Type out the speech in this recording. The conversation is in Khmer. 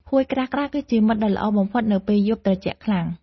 ភួយក្រាស់ៗគឺជាមិត្តដ៏ល្អបំផុតនៅពេលយប់ត្រជាក់ខ្លាំង។